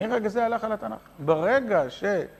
מרגע זה, הלך על התנ"ך. ברגע ש...